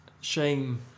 Shame